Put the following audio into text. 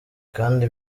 kandi